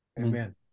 Amen